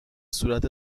صورت